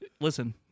Listen